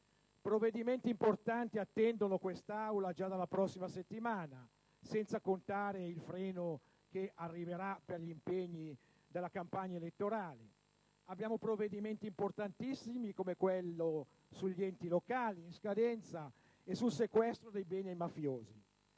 Provvedimenti importanti attendono quest'Aula già dalla prossima settimana, senza contare il freno che arriverà per gli impegni della campagna elettorale. Dobbiamo esaminare provvedimenti importantissimi come quello sugli enti locali, in scadenza, e quello sul sequestro dei beni dei mafiosi.